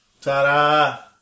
Ta-da